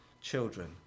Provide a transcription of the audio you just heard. children